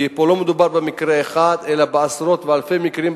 כי פה לא מדובר במקרה אחד אלא בעשרות אלפי מקרים בשנה.